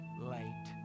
late